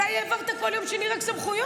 מתי בכל יום שני רק העברת סמכויות?